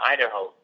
Idaho